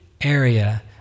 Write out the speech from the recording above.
area